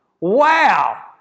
Wow